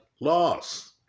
loss